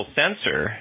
sensor